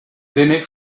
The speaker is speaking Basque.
denek